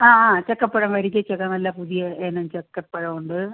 ആ ആ ചക്കപ്പഴം വരിക്കച്ചക്ക നല്ല പുതിയ ഇനം ചക്കപ്പഴം ഉണ്ട്